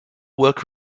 work